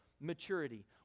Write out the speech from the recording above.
maturity